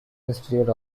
institute